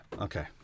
Okay